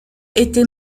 était